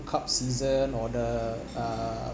cup season or the um